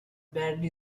badly